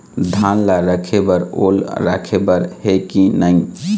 धान ला रखे बर ओल राखे बर हे कि नई?